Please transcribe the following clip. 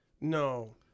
No